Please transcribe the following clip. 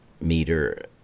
meter